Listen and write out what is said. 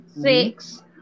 six